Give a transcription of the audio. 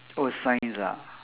oh science ah